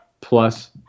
plus